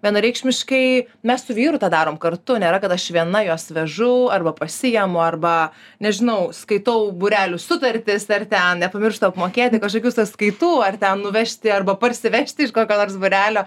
vienareikšmiškai mes su vyru tą darom kartu nėra kad aš viena juos vežu arba pasiemu arba nežinau skaitau būrelių sutartis ar ten nepamiršta apmokėti kažkokių sąskaitų ar ten nuvežti arba parsivežti iš kokio nors būrelio